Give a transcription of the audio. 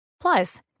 Plus